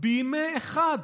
בימי אחד,